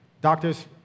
Doctors